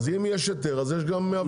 אז אם יש היתר, יש גם עבירה.